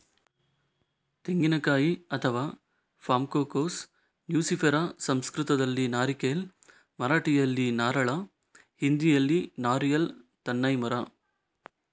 ತೆಂಗಿನಕಾಯಿ ಅಥವಾ palm Cocos nucifera ಸಂಸ್ಕೃತದಲ್ಲಿ ನಾರಿಕೇಲ್, ಮರಾಠಿಯಲ್ಲಿ ನಾರಳ, ಹಿಂದಿಯಲ್ಲಿ ನಾರಿಯಲ್ ತೆನ್ನೈ ಮರ